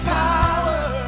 power